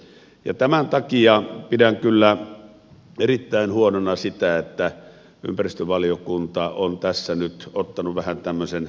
ja tämän takia pidän kyllä erittäin huonona sitä että ympäristövaliokunta on tässä nyt oton vähentämiseen